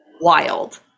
wild